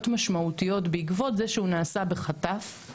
משמעותיות בעקבות זה שהוא נעשה בחטף.